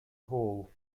whole